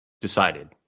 decided